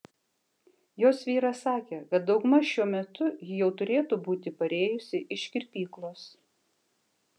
jos vyras sakė kad daugmaž šiuo metu ji jau turėtų būti parėjusi iš kirpyklos